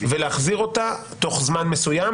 ולהחזיר אותה תוך זמן מסוים,